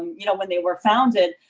you know, when they were founded.